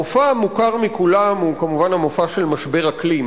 המופע המוכר מכולם הוא כמובן המופע של משבר האקלים,